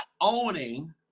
owning